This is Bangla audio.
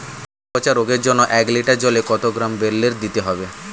গোড়া পচা রোগের জন্য এক লিটার জলে কত গ্রাম বেল্লের দিতে হবে?